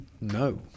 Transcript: no